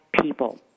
people